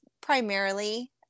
primarily